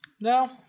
No